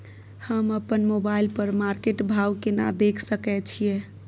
हम अपन मोबाइल पर मार्केट भाव केना देख सकै छिये?